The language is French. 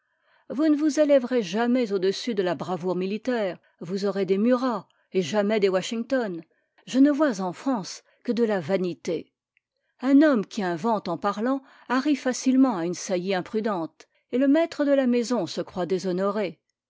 vous ne vous élèverez jamais au-dessus de la bravoure militaire vous aurez des murat et jamais de washington je ne vois en france que de la vanité un homme qui invente en parlant arrive facilement à une saillie imprudente et le maître de la maison se croit déshonoré